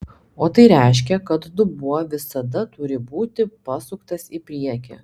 o tai reiškia kad dubuo visada turi būti pasuktas į priekį